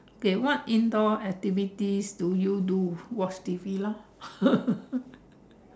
okay what indoor activities do you do watch T_V lor